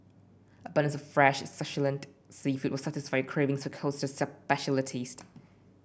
abundance of fresh succulent seafood will satisfy your cravings for coastal specialities